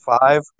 five